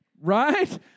right